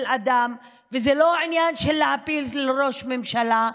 אדם וזה לא עניין של להפיל ראש ממשלה,